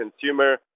consumer